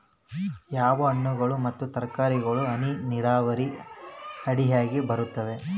ಯಾವ ಹಣ್ಣುಗಳು ಮತ್ತು ತರಕಾರಿಗಳು ಹನಿ ನೇರಾವರಿ ಅಡಿಯಾಗ ಬರುತ್ತವೆ?